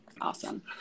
Awesome